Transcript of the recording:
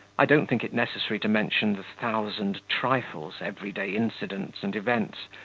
i don't think it necessary to mention the thousand trifles, everyday incidents and events,